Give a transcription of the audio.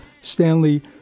Stanley